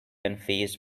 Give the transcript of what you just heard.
unfazed